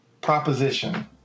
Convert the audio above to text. proposition